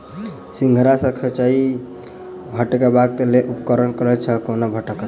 सिंघाड़ा सऽ खोइंचा हटेबाक लेल उपकरण कतह सऽ आ कोना भेटत?